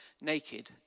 naked